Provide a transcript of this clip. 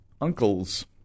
uncles